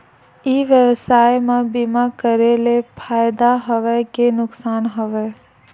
ई व्यवसाय म बीमा करे ले फ़ायदा हवय के नुकसान हवय?